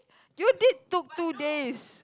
you did took two days